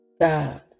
God